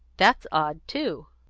that's odd too.